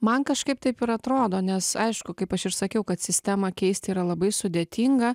man kažkaip taip ir atrodo nes aišku kaip aš ir sakiau kad sistemą keist yra labai sudėtinga